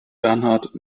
bernhard